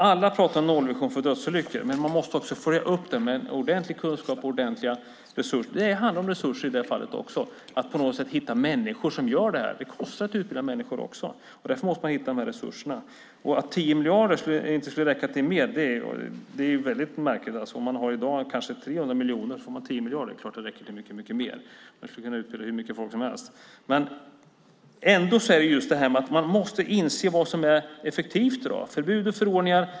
Alla pratar om en nollvision för dödsolyckor, men man måste också följa upp det med ordentlig kunskap och ordentliga resurser. Det handlar om resurser i det fallet också. Det handlar om att hitta människor som gör det här. Det kostar också att utbilda människor. Därför måste man hitta de här resurserna. Det är väldigt märkligt att säga att 10 miljarder inte skulle räcka till mer. I dag har man ungefär 300 miljoner. Om man får 10 miljarder är det klart att det räcker till mycket mer. Man skulle kunna utbilda hur mycket folk som helst. Man måste inse vad som är effektivt i dag.